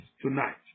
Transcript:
tonight